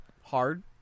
Hard